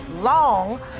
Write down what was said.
long